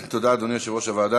תודה, אדוני יושב-ראש הוועדה.